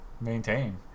maintain